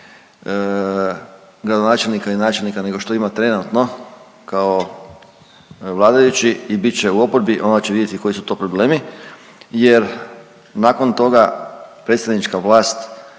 gradonačelnika i načelnika nego što ima trenutno kao vladajući i bit će u oporbi, onda će vidjeti koji su to problemi jer nakon toga, predstavnička vlast,